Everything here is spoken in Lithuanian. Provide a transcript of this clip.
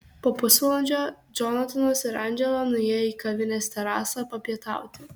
po pusvalandžio džonatanas ir andžela nuėjo į kavinės terasą papietauti